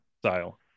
style